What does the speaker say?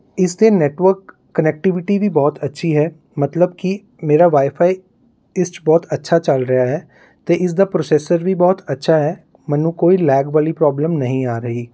ਇਸਦੀ network connectivity ਵੀ ਬਹੁਤ ਅੱਛੀ ਹੈ ਮਤਲਬ ਕਿ ਮੇਰਾ ਵਾਈਫਾਈ ਇਸ 'ਚ ਬਹੁਤ ਅੱਛਾ ਚੱਲ ਰਿਹਾ ਹੈ ਅਤੇ ਇਸਦਾ ਪ੍ਰੋਸੈਸਰ ਵੀ ਬਹੁਤ ਅੱਛਾ ਹੈ ਮੈਨੂੰ ਕੋਈ ਲੈਗ ਵਾਲੀ ਪ੍ਰੋਬਲਮ ਨਹੀਂ ਆ ਰਹੀ